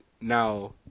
Now